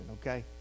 okay